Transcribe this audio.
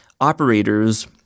operators